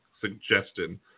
suggestion